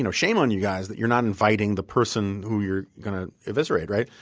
and shame on you guys that you're not inviting the person who you're going to eviscerate, right?